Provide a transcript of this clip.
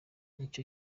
ico